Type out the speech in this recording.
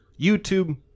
YouTube